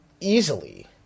easily